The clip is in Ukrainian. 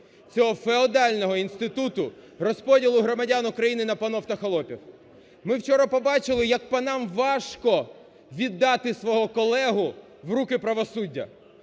цього феодального інституту розподілу громадян України на панів та холопів. Ми вчора побачили як панам важко віддати свого колегу в руки правосуддя,